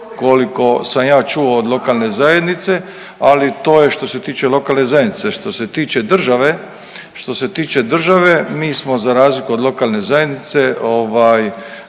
koliko sam ja čuo od lokalne zajednice, ali to je što se tiče lokalne zajednice. Što se tiče države, što se tiče države mi smo za razliku od lokalne zajednice